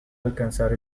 alcanzar